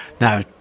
now